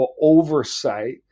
oversight